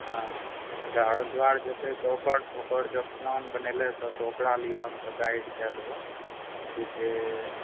हँ तऽ हरिद्वार जेतय तऽ ओकर ओकर जे प्लान बनेलय छऽ तऽ ओकरा लिये हमसब गाइड कए देबऽ की जे